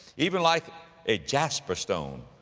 even like a jasper stone.